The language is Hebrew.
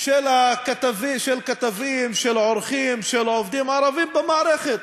של כתבים, של עורכים ושל עובדים ערבים במערכת?